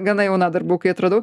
gana jauna dar buvau kai atradau